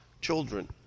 children